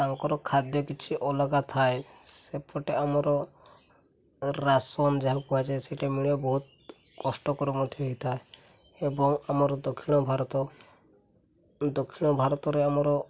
ତାଙ୍କର ଖାଦ୍ୟ କିଛି ଅଲଗା ଥାଏ ସେପଟେ ଆମର ରାସମାନ ଯାହାକୁ ଆଯାଏ ସେଇଟା ମିଳେ ବହୁତ କଷ୍ଟକର ମଧ୍ୟ ହେଇଥାଏ ଏବଂ ଆମର ଦକ୍ଷିଣ ଭାରତ ଦକ୍ଷିଣ ଭାରତରେ ଆମର